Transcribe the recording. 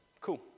Cool